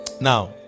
now